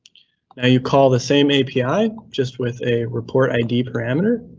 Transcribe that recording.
ah you call the same api, just with a report id parameter,